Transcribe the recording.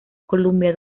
columbia